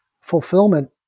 fulfillment